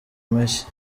mashyi